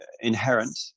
inherent